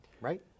Right